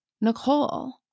Nicole